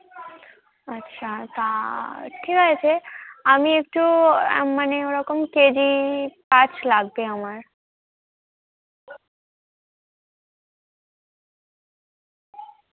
আচ্ছা তা ঠিক আছে আমি একটু মানে ওরকম কেজি পাঁচ লাগবে আমার